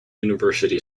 university